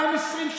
2020,